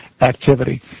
activity